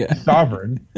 Sovereign